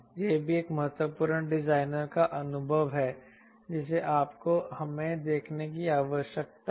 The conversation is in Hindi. यह भी एक महत्वपूर्ण डिजाइनर का अनुभव है जिसे आपको हमें देखने की आवश्यकता है